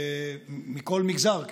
מכל מגזר,